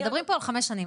מדברים פה על חמש שנים.